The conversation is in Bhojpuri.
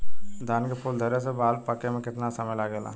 धान के फूल धरे से बाल पाके में कितना समय लागेला?